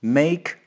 make